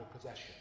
possession